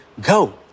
Go